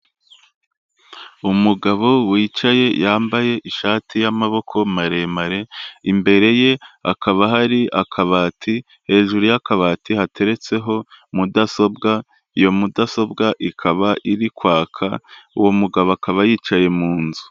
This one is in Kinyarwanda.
Umugabo wicaye yambaye ishati y'amaboko maremare imbere ye kaba hari akabati, hejuru y'akabati hateretseho mudasobwa, iyo mudasobwa ikaba iri kwaka uwo mugabo akaba yicaye mu nzu.